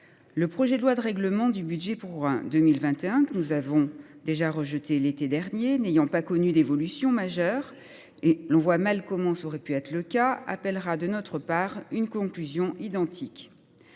Le projet de loi de règlement du budget pour 2021, que nous avons déjà rejeté l’été dernier, n’ayant pas connu d’évolution majeure – on voit mal comment cela aurait pu être le cas –, il appellera de notre part une conclusion identique.